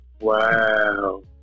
Wow